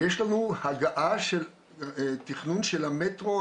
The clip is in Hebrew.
יש לנו הגעה של תכנון של המטרו,